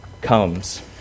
comes